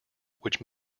which